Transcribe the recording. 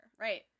Right